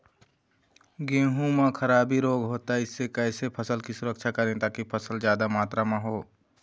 गेहूं म खराबी रोग होता इससे कैसे फसल की सुरक्षा करें ताकि फसल जादा मात्रा म हो?